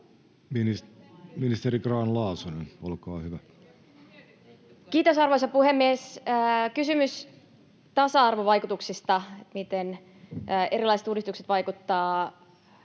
Time: 16:53 Content: Kiitos, arvoisa puhemies! Kysymys tasa-arvovaikutuksista, miten erilaiset uudistukset vaikuttavat